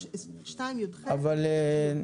נעה,